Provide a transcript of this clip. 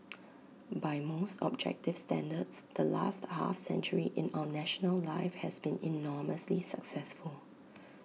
by most objective standards the last half century in our national life has been enormously successful